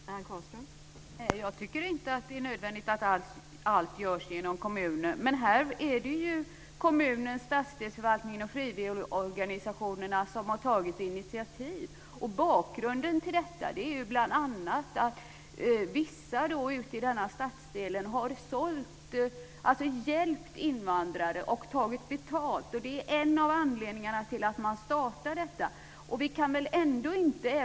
Fru talman! Jag tycker inte att det är nödvändigt att allt görs genom kommunen, men här är det kommunen, stadsdelsförvaltningen och frivilligorganisationerna som har tagit initiativ. Bakgrunden till detta är bl.a. att vissa i denna stadsdel har tagit betalt för att hjälpa invandrare. Det är en av anledningarna till att man startar denna verksamhet.